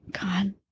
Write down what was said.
God